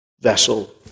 vessel